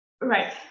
right